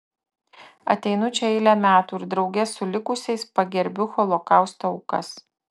ateinu čia eilę metų ir drauge su likusiais pagerbiu holokausto aukas